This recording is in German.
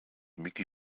micky